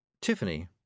Tiffany